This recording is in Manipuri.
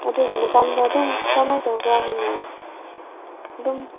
ꯑꯗꯨꯒꯤ ꯃꯇꯥꯡꯗ ꯑꯗꯨꯝ ꯀꯃꯥꯏ ꯇꯧꯕ꯭ꯔꯥ ꯍꯥꯏꯅ ꯑꯗꯨꯝ